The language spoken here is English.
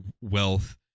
wealth